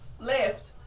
left